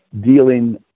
dealing